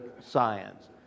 science